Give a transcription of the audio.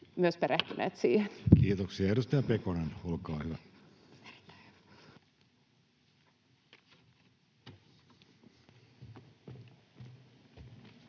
perehtynyt siihen. Kiitoksia. — Edustaja Pekonen, olkaa hyvä.